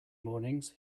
mornings